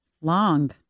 Long